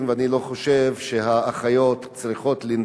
יש עומס